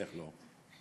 איך לא?